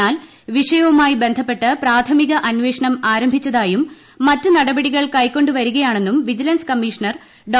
എന്നാൽ വിഷയവുമായി ബന്ധപ്പെട്ട് പ്രാഥമിക അന്വേഷണം ആരംഭിച്ചതായും മറ്റ് നടപടികൾ കൈകൊണ്ടു വരികയാണെന്നും വിജിലൻസ് കമ്മീഷണർ ഡോ